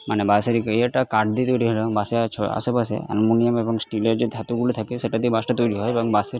মানে বাসের ইয়েটা কাঠ দিয়ে তৈরি হয় না বাসের আছো আশে পাশে অ্যালুমিনিয়াম এবং স্টিলের যে ধাতুগুলো থাকে সেটা দিয়ে বাসটা তৈরি হয় এবং বাসের